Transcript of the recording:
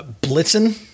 Blitzen